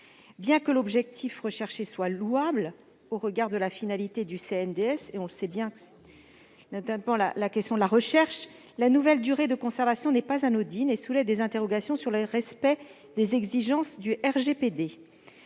Bien que l'objectif recherché soit louable au regard de la finalité du SNDS- je pense notamment à la recherche -, cette nouvelle durée de conservation n'est pas anodine et soulève des interrogations quant au respect des exigences du RGPD.